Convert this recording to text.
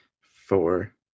four